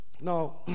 Now